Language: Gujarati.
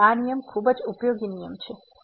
તેથી આ નિયમ ખૂબ જ ઉપયોગી નિયમ છે